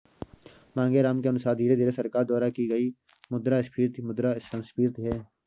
मांगेराम के अनुसार धीरे धीरे सरकार द्वारा की गई मुद्रास्फीति मुद्रा संस्फीति है